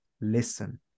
listen